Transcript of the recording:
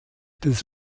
des